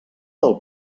del